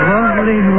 Lovely